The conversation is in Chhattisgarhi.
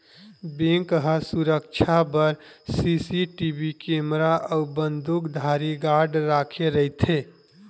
बेंक ह सुरक्छा बर सीसीटीवी केमरा अउ बंदूकधारी गार्ड राखे रहिथे